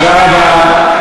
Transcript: תודה רבה.